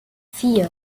vier